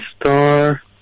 star